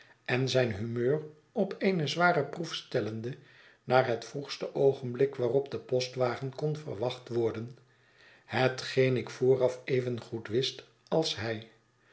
en zijn humeur op eene zware proef stellende naar het vroegste oogenblik waarop de postwagen kon verwacht worden hetgeen ik vooraf evengoed wist als hij